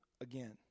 again